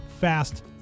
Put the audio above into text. fast